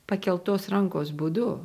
pakeltos rankos būdu